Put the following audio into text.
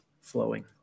flowing